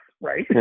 right